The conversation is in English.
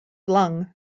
lung